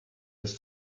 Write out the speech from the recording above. des